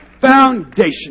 foundation